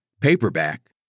paperback